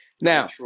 Now